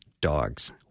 dogs